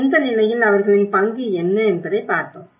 எந்த நிலையில் அவர்களின் பங்கு என்ன எனபதை பார்த்தோம்